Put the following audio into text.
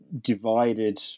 divided